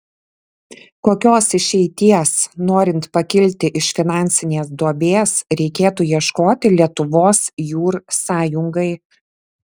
kokios išeities norint pakilti iš finansinės duobės reikėtų ieškoti lietuvos jūr sąjungai